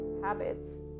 habits